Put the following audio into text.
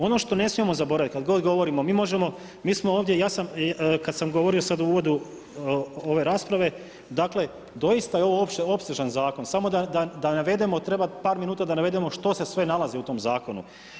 Ono što ne smijemo zaboraviti kad god govorimo, mi možemo, mi smo ovdje, ja sam kad sam govorio sad u uvodu ove rasprave, dakle doista je ovo opsežan Zakon, samo da navedemo, treba par minuta da navedemo što se sve nalazi u tom Zakonu.